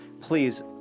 Please